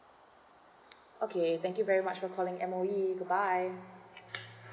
okay thank you very much for calling M_O_E good bye